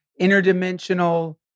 interdimensional